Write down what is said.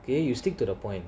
okay you stick to the point